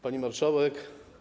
Pani Marszałek!